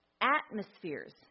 atmospheres